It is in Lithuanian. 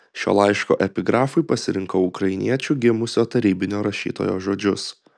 šio laiško epigrafui pasirinkau ukrainiečiu gimusio tarybinio rašytojo žodžius